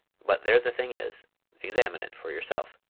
but there the thing is examine it for yourself.